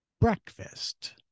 breakfast